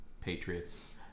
Patriots